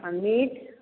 आओर मीट